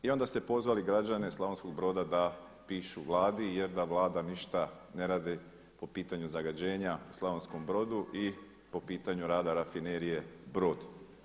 I onda ste pozvali građane Slavonskog Broda da pišu Vladi, jer da Vlada ništa ne radi po pitanju zagađenja u Slavonskom Brodu i po pitanju rada Rafinerije Brod.